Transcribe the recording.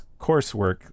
coursework